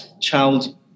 child